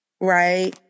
Right